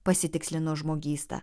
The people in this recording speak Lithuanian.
pasitikslino žmogysta